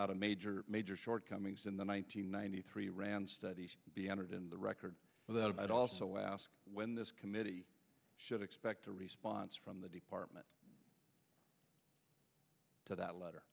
out a major major shortcomings in the one nine hundred ninety three rand study should be entered in the record without i'd also ask when this committee should expect a response from the department to that letter